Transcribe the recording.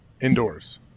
indoors